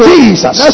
Jesus